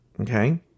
Okay